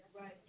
Right